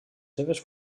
seves